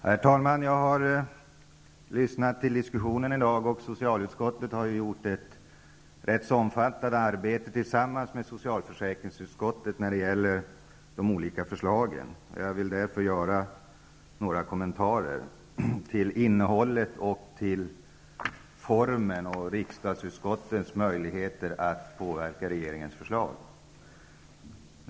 Herr talman! Jag har lyssnat till diskussionen i dag. Socialutskottet har ju gjort ett rätt så omfattande arbete tillsammans med socialförsäkringsutskottet när det gäller de olika förslagen. Jag vill därför göra några kommentarer till innehållet i betänkandet, till formen för arbetet och till riksdagsutskottets möjligheter att påverka regeringens förslag.